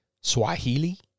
Swahili